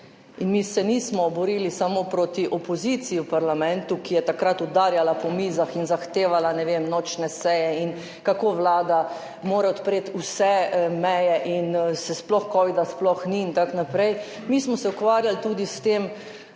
Mi se nismo borili samo proti opoziciji v parlamentu, ki je takrat udarjala po mizah in zahtevala, ne vem, nočne seje in kako mora Vlada odpreti vse meje in covida sploh ni in tako naprej. Mi smo se ukvarjali tudi s tem,